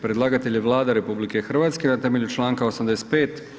Predlagatelj je Vlada RH na temelju članka 85.